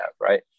right